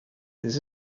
this